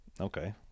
Okay